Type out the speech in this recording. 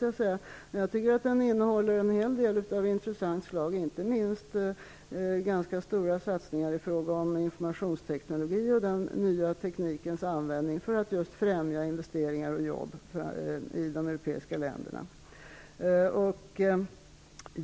Jag tycker att den innehåller en hel del av intressant slag, inte minst när det gäller ganska stora satsningar på informationsteknologi och den nya teknikens användning för att just främja investeringar och jobb i de europeiska länderna.